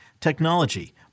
technology